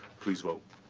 please vote.